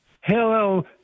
Hello